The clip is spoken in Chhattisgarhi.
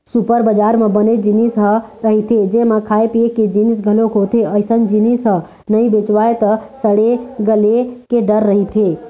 सुपर बजार म बनेच जिनिस ह रहिथे जेमा खाए पिए के जिनिस घलोक होथे, अइसन जिनिस ह नइ बेचावय त सड़े गले के डर रहिथे